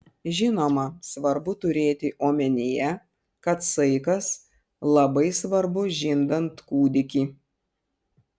žinoma svarbu turėti omenyje kad saikas labai svarbu žindant kūdikį